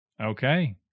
okay